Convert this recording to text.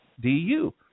DU